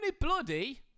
Bloody